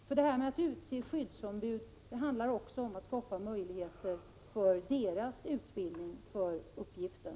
Frågan om att utse skyddsombud handlar också om att skapa möjligheter för eleverna att få utbildning för uppgiften.